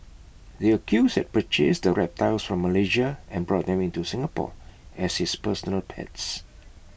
the accused had purchased the reptiles from Malaysia and brought them into Singapore as his personal pets